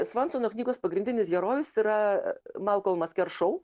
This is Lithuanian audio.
svansono knygos pagrindinis herojus yra malkolmas keršou